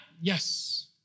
yes